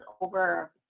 over